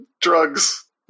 drugs